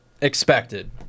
Expected